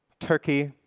turkey,